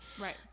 right